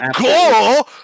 go